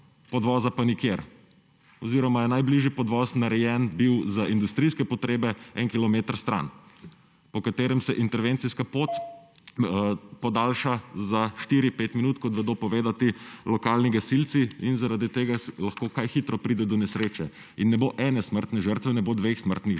podvoza pa nikjer oziroma je bil najbližji podvoz narejen za industrijske potrebe en kilometer stran, po katerem se intervencijska pot podaljša za štiri, pet minut, kot vedo povedati lokalni gasilci. Zaradi tega lahko kaj hitro pride do nesreče in ne bo ene smrtne žrtve, ne bo dveh smrtnih žrtev,